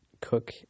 cook